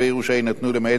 למעט בנסיבות מיוחדות,